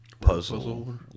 puzzle